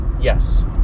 Yes